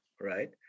right